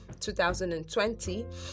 2020